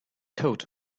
coat